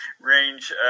range